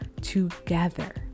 together